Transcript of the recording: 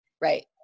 right